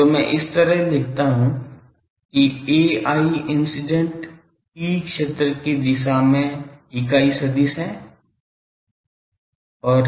तो मैं इस तरह से लिखता हूं कि ai इंसिडेंट ई क्षेत्र की दिशा में इकाई सदिश है